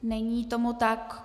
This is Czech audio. Není tomu tak.